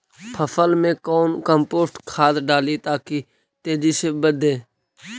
फसल मे कौन कम्पोस्ट खाद डाली ताकि तेजी से बदे?